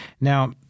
Now